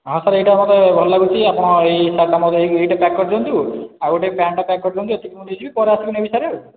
ହଁ ସାର୍ ଏଇଟା ମୋତେ ଭଲ ଲାଗୁଛି ଆପଣ ଏଇ ସାର୍ଟ୍ଟା ମଗାଇକି ଏଇଟା ପ୍ୟାକ୍ କରିଦିଅନ୍ତୁ ଆଉ ଗୋଟେ ପ୍ୟାଣ୍ଟ୍ଟା ପ୍ୟାକ୍ କରିଦିଅନ୍ତୁ ଏତିକି ମୁଁ ନେଇଯିବି ପରେ ଆସିକି ନେବି ସାର୍ ଆଉ